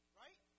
right